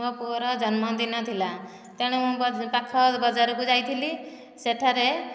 ମୋ ପୁଅର ଜନ୍ମଦିନ ଥିଲା ତେଣୁ ପାଖ ବଜାରକୁ ଯାଇଥିଲି ସେଠାରେ